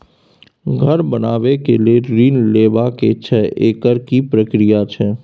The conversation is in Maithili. घर बनबै के लेल ऋण लेबा के छै एकर की प्रक्रिया छै?